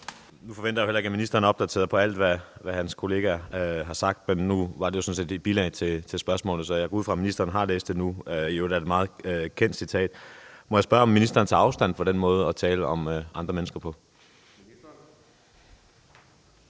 Nu forventer jeg jo heller ikke, at ministeren er opdateret på alt, hvad hans kollegaer har sagt, men det var sådan set et bilag til spørgsmålet, så jeg går ud fra, at ministeren har læst det nu. Det er i øvrigt et meget kendt citat. Må jeg spørge, om ministeren tager afstand fra den måde at tale om andre mennesker på.